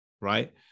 Right